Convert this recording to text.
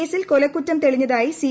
കേസിൽ കൊലക്കുറ്റം തെളീഞ്ഞതായി സി